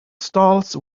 stalls